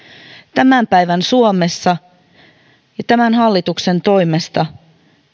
tämän päivän suomessa ja tämän hallituksen toimesta